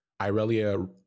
Irelia